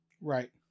Right